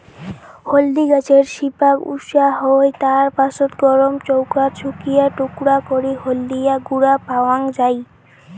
হলদি গছের শিপাক উষা হই, তার পাছত গরম চৌকাত শুকিয়া টুকরা করি হলদিয়া গুঁড়া পাওয়াং যাই